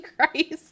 Christ